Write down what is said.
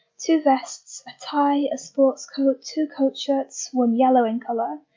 two vests, a tie, a sports coat, two coat shirts one yellow in colour,